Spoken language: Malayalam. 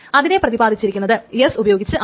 അതിനെ പ്രതിപാദിച്ചിരിക്കുന്നത് S ഉപയോഗിച്ചാണ്